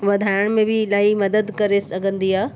वधाइण में बि इलाही मदद करे सघंदी आहे